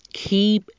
keep